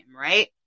right